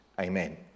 Amen